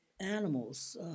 animals